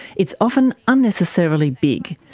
it's often unnecessarily big,